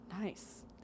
nice